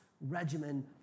regimen